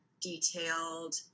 detailed